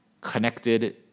connected